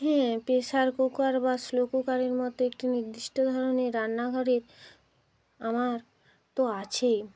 হ্যাঁ pressure cooker বা slow কুকারের মতো একটি নির্দিষ্ট ধরনের রান্নাঘরে আমার তো আছেই